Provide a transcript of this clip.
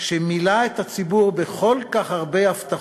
שמילא את הציבור בכל כך הרבה הבטחות,